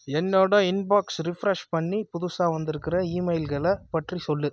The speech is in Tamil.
என்னோட இன்பாக்ஸ் ரிஃப்ரெஷ் பண்ணி புதுசாக வந்துருக்கிற இமெயில்களை பற்றி சொல்லு